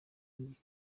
njye